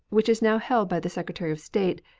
which is now held by the secretary of state,